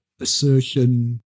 assertion